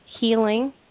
healing